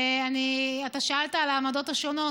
אתה שאלת על העמדות השונות.